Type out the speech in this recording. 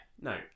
no